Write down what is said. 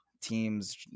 teams